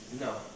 No